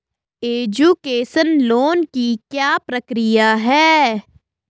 Education loan की क्या प्रक्रिया है?